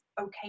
okay